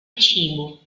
cibo